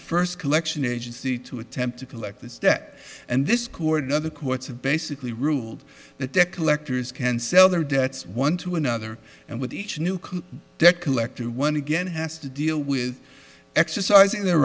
first collection agency to attempt to collect this debt and this court another courts have basically ruled that debt collectors can sell their debts one to another and with each new debt collector one again has to deal with exercising their